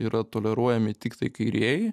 yra toleruojami tiktai kairieji